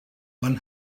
one